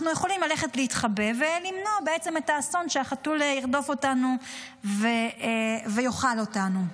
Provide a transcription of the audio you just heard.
נוכל ללכת להתחבא ולמנוע בעצם את האסון שהחתול ירדוף אותנו ויאכל אותנו.